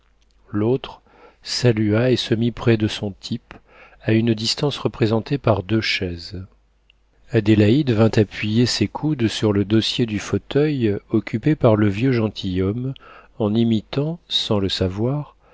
l'autre salua et se mit près de son type à une distance représentée par deux chaises adélaïde vint appuyer ses coudes sur le dossier du fauteuil occupé par le vieux gentilhomme en imitant sans le savoir